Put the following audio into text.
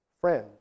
friend